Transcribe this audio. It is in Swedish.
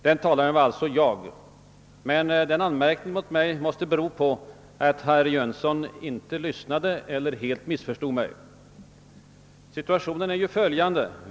Den talaren var alltså jag, men anmärkningen mot mig måste bero på att herr Jönsson inte lyssnade på mig eller helt missförstod mig. Situationen är ju denna.